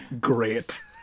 great